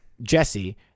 Jesse